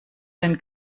den